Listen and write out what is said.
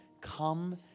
come